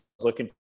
looking